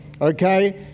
Okay